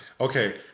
okay